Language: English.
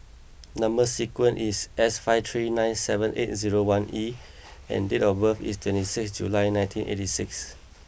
number sequence is S five three nine seven eight zero one E and date of birth is twenty six July nineteen eighty six